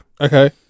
Okay